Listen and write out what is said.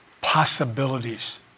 possibilities